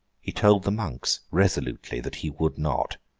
he told the monks resolutely that he would not.